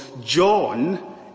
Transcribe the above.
John